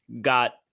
got